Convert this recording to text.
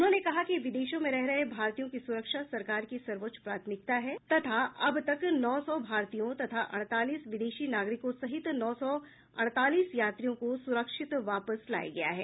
उन्होंने कहा कि विदेशों में रह रहे भारतीयों की सुरक्षा सरकार की सर्वोच्च प्राथमिकता है तथा अब तक नौ सौ भारतीयों तथा अड़तालीस विदेशी नागरिकों सहित नौ सौ अड़तालीस यात्रियों को सुरक्षित वापस लाया गया है